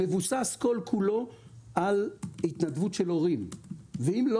מבוסס כל כולו על התנדבות של הורים ואם לא